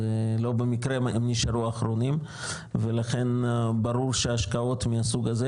זה לא במקרה נשארו אחרונים ולכן ברור שהשקעות מהסוג הזה,